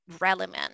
relevant